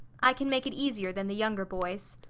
i can make it easier than the younger boys.